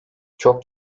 çok